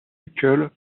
uccle